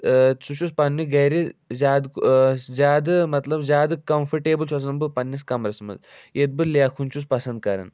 سُہ چھُس پَنٛنہِ گَرِ زیادٕ زیادٕ مطلب زیادٕ کَمٛفٲٹیبُل چھُس آسان بہٕ پَنٛنِس کمرَس منٛز ییٚتہِ بہٕ لیٚکھُن چھُس پَسنٛد کَران